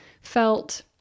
felt